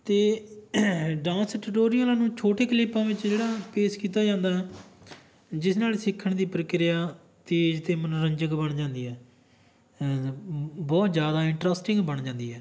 ਅਤੇ ਡਾਂਸ ਟਟੋਰੀਅਲਾਂ ਨੂੰ ਛੋਟੇ ਕਲਿੱਪਾਂ ਵਿੱਚ ਜਿਹੜਾ ਪੇਸ਼ ਕੀਤਾ ਜਾਂਦਾ ਜਿਸ ਨਾਲ ਸਿੱਖਣ ਦੀ ਪ੍ਰਕਿਰਿਆ ਤੇਜ ਅਤੇ ਮਨੋਰੰਜਕ ਬਣ ਜਾਂਦੀ ਹੈ ਬਹੁਤ ਜ਼ਿਆਦਾ ਇੰਟਰਸਟਿੰਗ ਬਣ ਜਾਂਦੀ ਹੈ